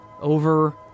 over